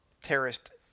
terrorist